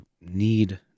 need